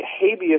habeas